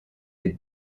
des